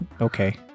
okay